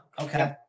Okay